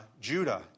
Judah